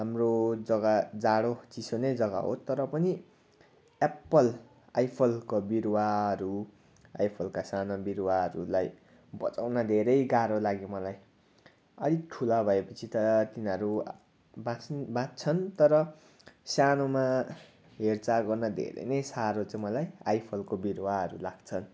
हाम्रो जग्गा जाडो चिसो नै जग्गा हो तर पनि एप्पल आइफलको बिरुवाहरू आइफलका साना बिरुवाहरूलाई बचाउन धेरै गाह्रो लाग्यो मलाई अलिक ठुला भए पछि त तिनारू बाँच् बाँच्छन् तर सानोमा हेरचाह गर्न धेरै नै सारो चाहिँ मलाई आइफलको बिरुवाहरू लाग्छ